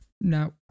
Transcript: Now